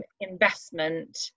investment